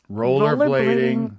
rollerblading